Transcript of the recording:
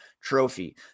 trophy